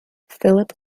philip